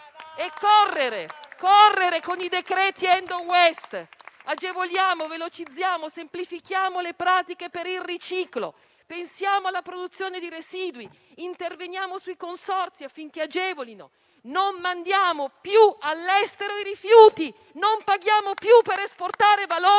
Bisogna correre con i decreti *end of waste*; agevoliamo, velocizziamo, semplifichiamo le pratiche per il riciclo. Pensiamo alla produzione di residui; interveniamo sui consorzi, affinché agevolino. Non mandiamo più all'estero i rifiuti. Non paghiamo più per esportare valore